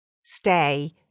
stay